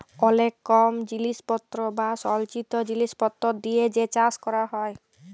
অলেক কম জিলিসপত্তর বা সলচিত জিলিসপত্তর দিয়ে যে চাষ ক্যরা হ্যয়